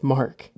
Mark